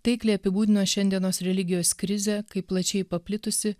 taikliai apibūdino šiandienos religijos krizę kaip plačiai paplitusį